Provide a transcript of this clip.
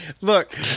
Look